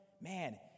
man